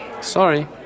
Sorry